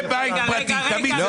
תמיד זה